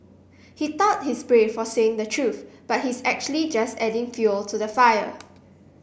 he thought he's brave for saying the truth but he's actually just adding fuel to the fire